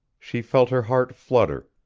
she felt her heart flutter,